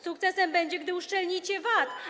Sukcesem będzie, gdy uszczelnicie VAT.